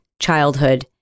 childhood